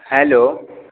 hello